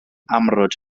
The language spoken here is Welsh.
amrwd